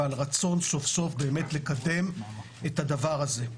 ועל רצון סוף סוף באמת לקדם את הדבר הזה.